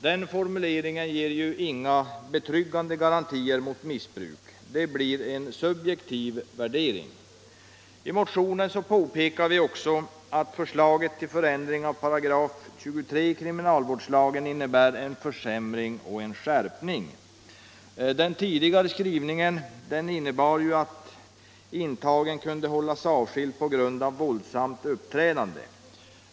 Den formuleringen ger ju inga betryggande garantier mot missbruk. Det blir en subjektiv värdering. I motionen 2391 påpekar vi också att förslaget till ändring av 23§ kriminalvårdslagen innebär en försämring och en skärpning. Den tidigare skrivningen innebar ju att en intagen kunde hållas avskild på grund av våldsamt uppträdande.